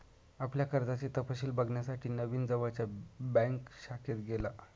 आपल्या कर्जाचे तपशिल बघण्यासाठी नवीन जवळच्या बँक शाखेत गेला